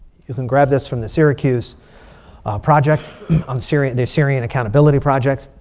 you can grab this from the syracuse project on syria. the syrian accountability project.